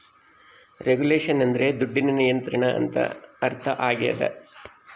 regulation ಅಂದ್ರೆ ದುಡ್ಡಿನ ನಿಯಂತ್ರಣ ಅಂತ ಅರ್ಥ ಆಗ್ಯದ